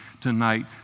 tonight